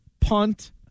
punt